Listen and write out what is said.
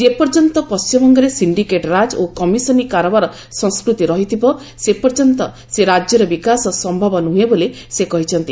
ଯେପର୍ଯ୍ୟନ୍ତ ପଶ୍ଚିମବଙ୍ଗରେ ସିଣ୍ଡିକେଟ ରାଜ ଓ କମିଶନୀ କାରବାର ସଂସ୍କୃତି ସେପର୍ଯ୍ୟନ୍ତ ସେ ରାଜ୍ୟର ବିକାଶ ସମ୍ଭବ ନୁହେଁ ବୋଲି ସେ କହିଛନ୍ତି